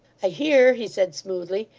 i hear he said smoothly,